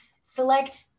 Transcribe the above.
select